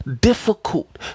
difficult